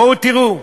בואו תיראו,